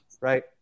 right